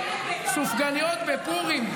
סופגניות בפורים?